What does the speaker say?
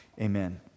Amen